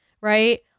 Right